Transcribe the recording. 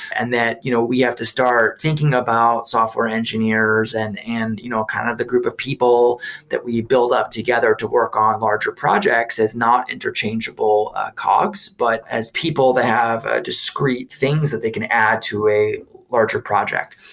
and that you know we have to start thinking about software engineers and and you know kind of the group of people that we build up together to work on larger projects as not interchangeable cogs, but as people that have discreet things that they can add to a larger project.